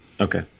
okay